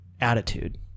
attitude